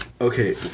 Okay